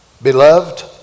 Beloved